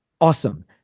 Awesome